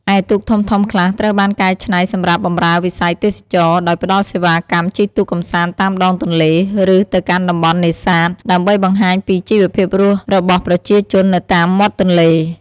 ឯទូកធំៗខ្លះត្រូវបានកែច្នៃសម្រាប់បម្រើវិស័យទេសចរណ៍ ដោយផ្តល់សេវាកម្មជិះទូកកម្សាន្តតាមដងទន្លេ ឬទៅកាន់តំបន់នេសាទ ដើម្បីបង្ហាញពីជីវភាពរស់របស់ប្រជាជននៅតាមមាត់ទន្លេ។